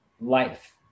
life